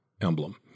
emblem